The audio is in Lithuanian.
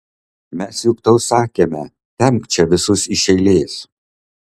mes juk tau sakėme tempk čia visus iš eilės